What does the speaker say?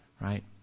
right